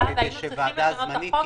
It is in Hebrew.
היינו צריכים לשנות את החוק.